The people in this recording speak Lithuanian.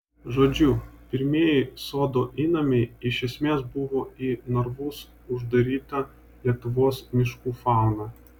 žodžiu pirmieji sodo įnamiai iš esmės buvo į narvus uždaryta lietuvos miškų fauna